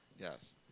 Yes